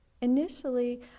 Initially